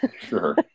sure